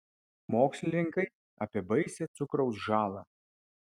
mokslininkai apie baisią cukraus žalą